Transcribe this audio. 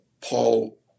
Paul